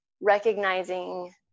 recognizing